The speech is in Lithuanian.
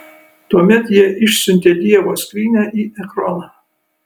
tuomet jie išsiuntė dievo skrynią į ekroną